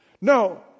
No